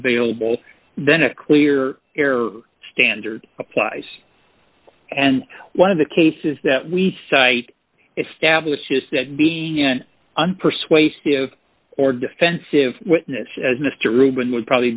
available then a clear air standard applies and one of the cases that we cite establishes that being in an persuasive or defensive witness as mr rubin would probably